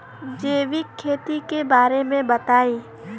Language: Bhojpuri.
जैविक खेती के बारे में बताइ